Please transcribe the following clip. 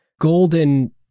golden